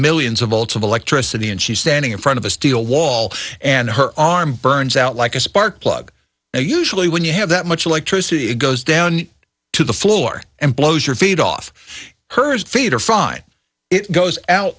millions of volts of electricity and she's standing in front of a steel wall and her arm burns out like a spark plug and usually when you have that much electricity it goes down to the floor and blows your feet off her feet are fine it goes out